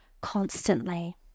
constantly